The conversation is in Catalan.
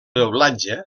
doblatge